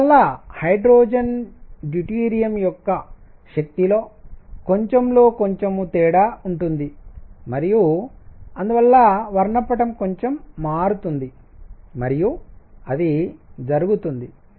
అందువల్ల hydrogen deuterium యొక్క శక్తిలో కొంచెంలో కొంచెం తేడా ఉంటుంది మరియు అందువల్ల వర్ణపటం కొంచెం మారుతుంది మరియు అది జరుగుతుంది